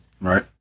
Right